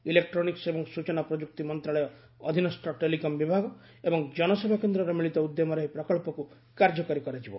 electronics ଏବଂ ସ୍କଚନା ପ୍ରଯୁକ୍ତି ମନ୍ତ୍ରଣାଳୟ ଅଧୀନସ୍ଥ ଟେଲିକମ୍ ବିଭାଗ ଏବଂ ଜନସେବା କେନ୍ଦର ମିଳିତ ଉଦ୍ୟମରେ ଏହି ପ୍ରକଳ୍ପକ୍ କାର୍ଯ୍ୟକାରୀ କରାଯିବ